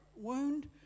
wound